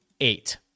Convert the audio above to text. eight